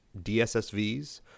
DSSVs